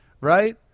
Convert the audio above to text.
right